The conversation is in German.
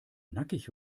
nackig